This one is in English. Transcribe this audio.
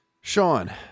Sean